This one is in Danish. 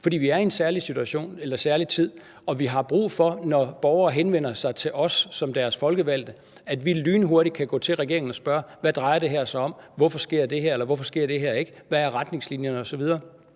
For vi er i en særlig situation – en særlig tid – og vi har brug for, når borgere henvender sig til os som deres folkevalgte, at vi lynhurtigt kan gå til regeringen og spørge: Hvad drejer det her sig om? Hvorfor sker det her, eller hvorfor sker det ikke? Hvad er retningslinjerne osv.?